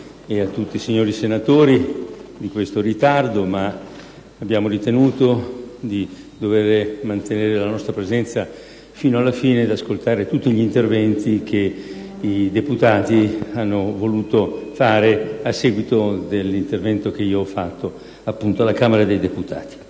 a lei e a tutti i signori senatori di questo ritardo, ma abbiamo ritenuto di dover mantenere la nostra presenza fino alla fine ed ascoltare tutti gli interventi che i deputati hanno voluto fare a seguito dell'intervento che ho svolto, appunto, alla Camera dei deputati.